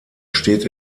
steht